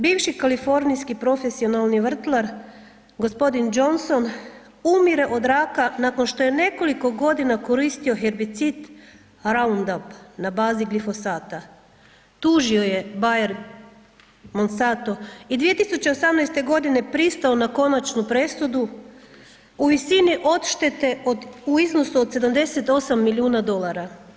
Bivši kalifornijski profesionalni vrtlar gospodin Johnson umire od raka nakon što je nekoliko godina koristio herbicid Ronudup na bazi glifosata, tužio je Bayer Monsanto i 2018. godine pristao na konačnu presudu u visini odštete u iznosu od 78 milijuna dolara.